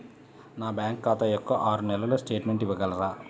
నా బ్యాంకు ఖాతా యొక్క ఆరు నెలల స్టేట్మెంట్ ఇవ్వగలరా?